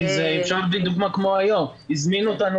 אפשר להביא דוגמה כמו היום הזמינו אותנו